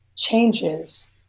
changes